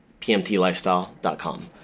PMTLifestyle.com